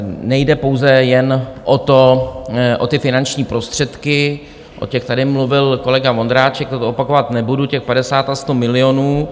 Nejde pouze jen o finanční prostředky, o těch tady mluvil kolega Vondráček, to opakovat nebudu, těch 50 a 100 milionů.